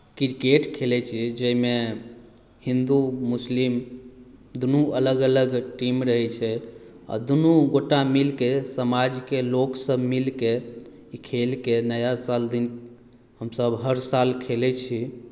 cricket खेलैत छियै जाहिमे हिन्दू मुस्लिम दुनू अलग अलग टीम रहैत छै आ दुनू गोटए मिलिके समाजके लोगसभ मिलिके ई खेलकेँ नया साल दिन हमसभ हर साल खेलैत छी